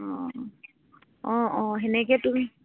অঁ অঁ অঁ সেনেকে তুমি